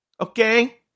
Okay